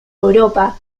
europa